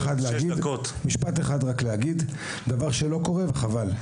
משפט אחד רק להגיד, דבר שלא קורה וחבל.